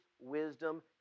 wisdom